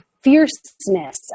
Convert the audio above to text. fierceness